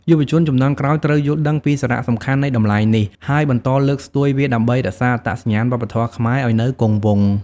យុវជនជំនាន់ក្រោយត្រូវយល់ដឹងពីសារៈសំខាន់នៃតម្លៃនេះ ហើយបន្តលើកស្ទួយវាដើម្បីរក្សាអត្តសញ្ញាណវប្បធម៌ខ្មែរឲ្យនៅគង់វង្ស។